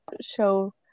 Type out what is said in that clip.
show